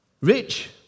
Rich